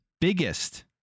biggest